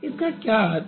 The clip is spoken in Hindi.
इसका क्या अर्थ है